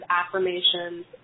affirmations